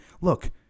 Look